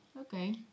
Okay